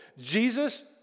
Jesus